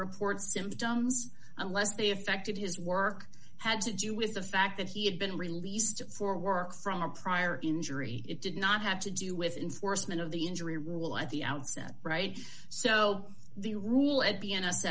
report symptoms unless the effect of his work had to do with the fact that he had been released for work from a prior injury it did not have to do with enforcement of the injury rule at the outset right so the rule at be